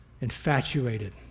infatuated